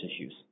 issues